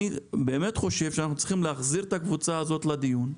אני חושב שאנחנו צריכים להחזיר את הקבוצה הזאת לדיון,